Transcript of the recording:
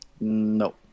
No